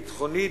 ביטחוני,